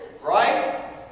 right